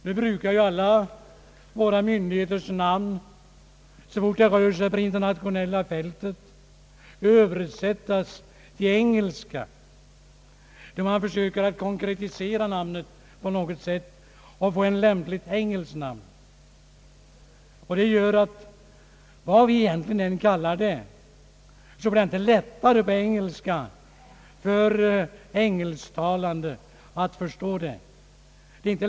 När det blir fråga om att verka på det internationella fältet brukar våra myndigheters namn översättas till engelska. Man försöker konkretisera namnet på något sätt och finna ett lämpligt engelskt uttryck. Det gör att vad vi än kallar myndigheten, så blir det inte lättare för eng elsktalande att förstå namnet.